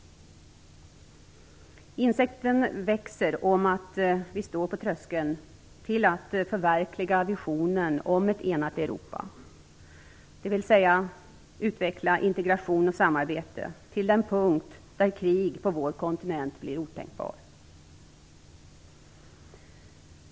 Insikten växer om att vi står på tröskeln till att förverkliga visionen om ett enat Europa, dvs. utveckla integration och samarbete till den punkt där krig på vår kontinent blir otänkbart.